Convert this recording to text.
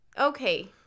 okay